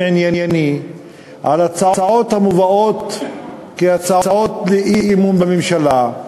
ענייני על הצעות המובאות כהצעות אי-אמון בממשלה,